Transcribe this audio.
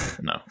no